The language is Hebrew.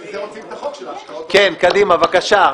קדימה, בבקשה.